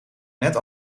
net